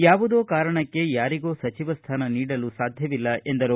ಯಾವುದೋ ಕಾರಣಕ್ಕೆ ಯಾರಿಗೋ ಸಚಿವ ಸ್ಥಾನ ನೀಡಲು ಸಾಧ್ಯವಿಲ್ಲ ಎಂದರು